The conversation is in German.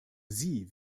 sie